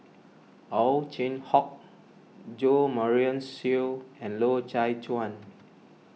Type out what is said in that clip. Ow Chin Hock Jo Marion Seow and Loy Chye Chuan